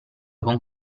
con